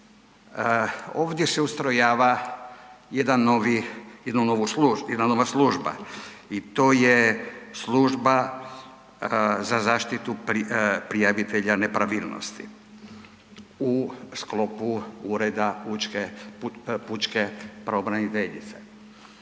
Ovdje se ustrojava jedna nova služba i to je služba za zaštitu prijavitelja nepravilnosti u sklopu Ureda pučke, pučke pravobraniteljice.